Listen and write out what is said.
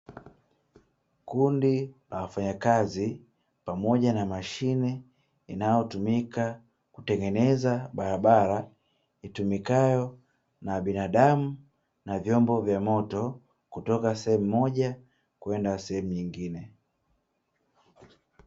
Kundi la wafanyakazi pamoja na mashine inayotumika kutengeneza barabara, itumikayo na binadamu na vyombo vya moto kutoka sehemu moja kwenda nyingine.